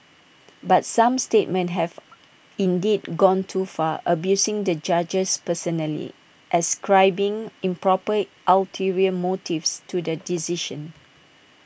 but some statements have indeed gone too far abusing the judges personally ascribing improper ulterior motives to the decision